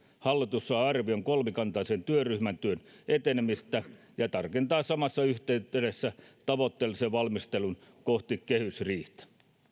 hallitus saa arvion kolmikantaisen työryhmän työn etenemisestä ja tarkentaa samassa yhteydessä tavoitteellisen valmistelun kohti kehysriihtä